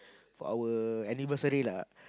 for our anniversary lah